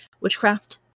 Witchcraft